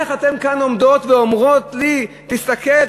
איך אתן כאן עומדות ואומרות לי: תסתכל,